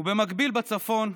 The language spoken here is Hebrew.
ובמקביל בצפון,